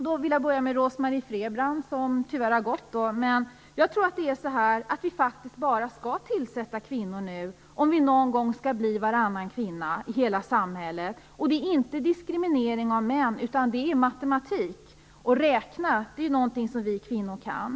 Jag vill börja med Rose-Marie Frebran, som tyvärr inte längre är kvar i kammaren. Jag menar att vi nu faktiskt skall tillsätta bara kvinnor, om det någon gång skall bli en kvinna på varannan post i hela samhället. Detta är inte någon diskrimering av män utan en fråga om matematik - och att räkna är någonting som vi kvinnor kan.